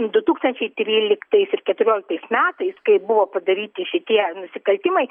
du tūkstančiai tryliktais ir keturioliktais metais kai buvo padaryti šitie nusikaltimai